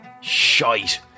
Shite